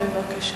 בבקשה.